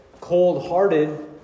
cold-hearted